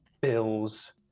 bills